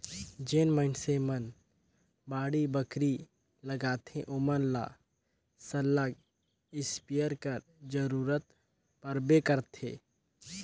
जेन मइनसे मन बाड़ी बखरी लगाथें ओमन ल सरलग इस्पेयर कर जरूरत परबे करथे